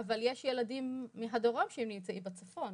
אבל יש ילדים מהדרום שנמצאים בצפון.